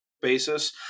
Basis